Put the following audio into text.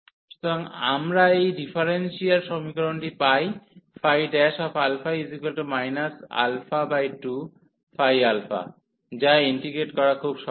সুতরাং আমরা এই ডিফারেনশিয়াল সমীকরণটি পাই 2ϕα যা ইন্টিগ্রেট করা খুব সহজ